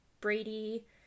Brady